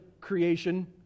creation